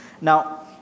Now